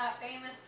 famous